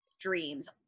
dreams